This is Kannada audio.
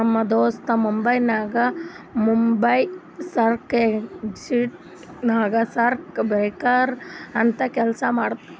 ನಮ್ ದೋಸ್ತ ಮುಂಬೈನಾಗ್ ಬೊಂಬೈ ಸ್ಟಾಕ್ ಎಕ್ಸ್ಚೇಂಜ್ ನಾಗ್ ಸ್ಟಾಕ್ ಬ್ರೋಕರ್ ಅಂತ್ ಕೆಲ್ಸಾ ಮಾಡ್ತಾನ್